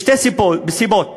משתי סיבות,